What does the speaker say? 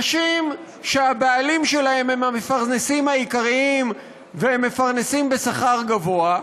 נשים שהבעלים שלהן הם המפרנסים העיקריים ומפרנסים בשכר גבוה,